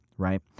right